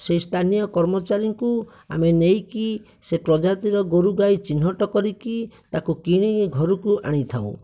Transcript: ସେହି ସ୍ଥାନୀୟ କର୍ମଚାରୀଙ୍କୁ ଆମେ ନେଇକି ସେହି ପ୍ରଜାତିର ଗୋରୁ ଗାଈ ଚିହ୍ନଟ କରିକି ତାକୁ କିଣି ଘରକୁ ଆଣିଥାଉ